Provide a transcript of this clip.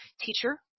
teacher